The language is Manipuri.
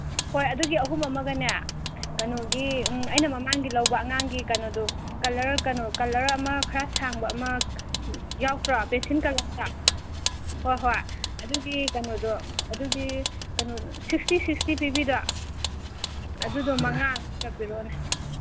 ꯑꯗꯨꯒꯤ ꯑꯍꯨꯝ ꯑꯃꯒꯅꯦ ꯀꯩꯅꯣꯒꯤ ꯑꯩꯅ ꯃꯃꯥꯡꯒꯤ ꯂꯧꯕ ꯑꯉꯥꯡꯒꯤ ꯀꯩꯅꯣꯗꯨ ꯀꯂꯔ ꯀꯩꯅꯣ ꯀꯂꯔ ꯑꯃ ꯈꯔ ꯁꯥꯡꯕ ꯑꯃ ꯌꯥꯎꯗ꯭ꯔꯣ ꯄꯦꯟꯁꯤꯜ ꯀꯂꯔꯗ ꯍꯣꯍꯣꯏ ꯑꯗꯨꯒꯤ ꯀꯩꯅꯣꯗꯣ ꯑꯗꯨꯒꯤ ꯀꯩꯅꯣ ꯁꯤꯛꯁꯇꯤ ꯁꯤꯛꯁꯇꯤ ꯄꯤꯕꯤꯗꯣ ꯑꯗꯨꯗꯣ ꯃꯉꯥ ꯑꯝꯈꯛꯀ ꯄꯤꯔꯛꯑꯣꯅꯦ